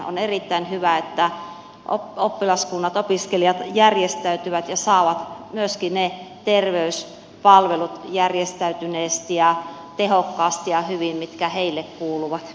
on erittäin hyvä että oppilaskunnat opiskelijat järjestäytyvät ja saavat myöskin järjestäytyneesti tehokkaasti ja hyvin ne terveyspalvelut mitkä heille kuuluvat